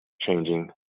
changing